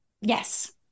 Yes